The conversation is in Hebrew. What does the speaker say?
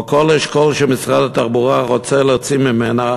כל אשכול שמשרד התחבורה רוצה להוציא ממנה,